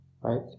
right